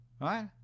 Right